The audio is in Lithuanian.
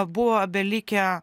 buvo belikę